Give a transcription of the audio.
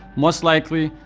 most likely,